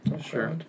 Sure